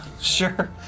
Sure